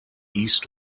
east